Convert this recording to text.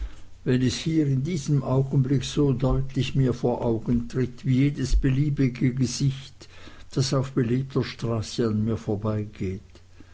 wenn es hier in diesem augenblick so deutlich mir vor augen tritt wie jedes beliebige gesicht das auf belebter straße an mir vorbeigeht